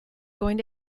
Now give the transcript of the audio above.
going